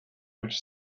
which